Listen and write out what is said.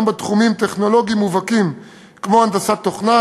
גם בתחומים טכנולוגיים מובהקים כמו הנדסת תוכנה,